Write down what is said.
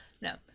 no